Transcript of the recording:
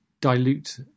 dilute